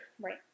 Right